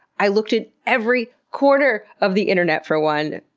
i looked at every corner of the internet for one!